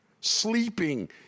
Sleeping